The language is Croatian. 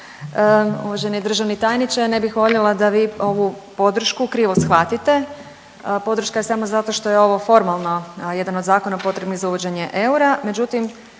Uvaženi državni tajniče ne bih voljela da vi ovu podršku krivo shvatite. Podrška je samo zato što je ovo formalno jedan od zakona potrebnih za uvođenje eura.